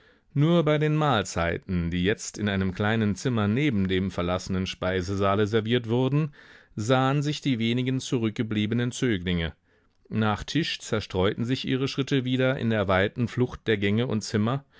nur bei den mahlzeiten die jetzt in einem kleinen zimmer neben dem verlassenen speisesaale serviert wurden sahen sich die wenigen zurückgebliebenen zöglinge nach tisch zerstreuten sich ihre schritte wieder in der weiten flucht der gänge und zimmer